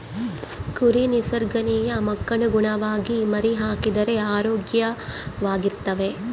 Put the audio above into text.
ಕುರಿ ನಿಸರ್ಗ ನಿಯಮಕ್ಕನುಗುಣವಾಗಿ ಮರಿಹಾಕಿದರೆ ಆರೋಗ್ಯವಾಗಿರ್ತವೆ